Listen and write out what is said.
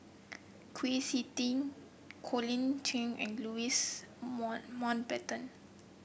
Kwa Siew Tee Colin Cheong and Louis Mountbatten